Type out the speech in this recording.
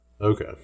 Okay